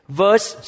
verse